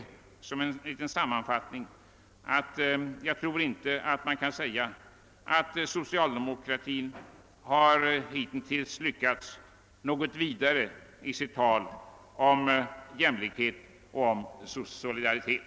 Som en liten sammanfattning vill jag säga att socialdemokratin hittills inte lyckats särskilt väl med att förverkliga sitt tal om jämlikhet och solidaritet.